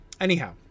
anyhow